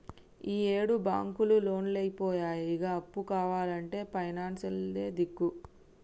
ఈయేడు బాంకులు లోన్లియ్యపాయె, ఇగ అప్పు కావాల్నంటే పైనాన్సులే దిక్కు